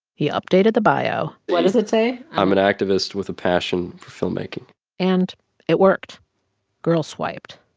he updated the bio what does it say? i'm an activist with a passion for filmmaking and it worked girl swiped.